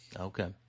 Okay